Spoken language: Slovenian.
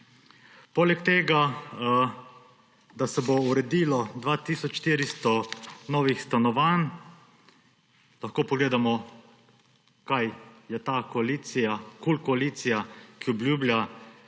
Poleg tega, da se bo uredilo 2 tisoč 400 novih stanovanj, lahko pogledamo, kaj je ta koalicija, koalicija KUL, ki obljublja